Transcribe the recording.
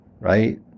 right